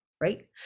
right